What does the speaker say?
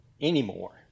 anymore